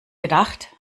gedacht